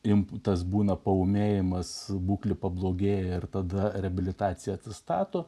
imputas būna paūmėjimas būklė pablogėjo ir tada reabilitacija atsistato